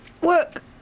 work